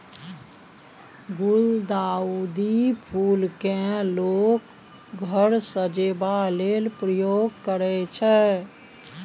गुलदाउदी फुल केँ लोक घर सजेबा लेल प्रयोग करय छै